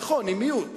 נכון, היא מיעוט,